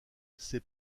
ces